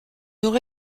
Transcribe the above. nord